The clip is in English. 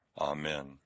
Amen